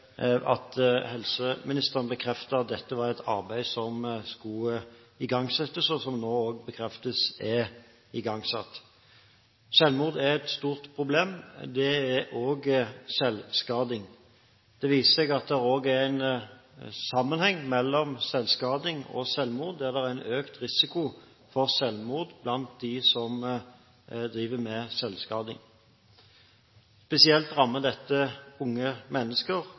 at helseministeren bekreftet at dette er et arbeid som skulle igangsettes – og som nå bekreftes er igangsatt. Selvmord er et stort problem, det er også selvskading. Det viser seg at det er en sammenheng mellom selvskading og selvmord, eller en økt risiko for selvmord blant dem som driver med selvskading. Spesielt rammer dette unge mennesker,